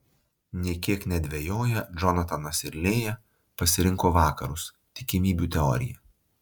nė kiek nedvejoję džonatanas ir lėja pasirinko vakarus tikimybių teoriją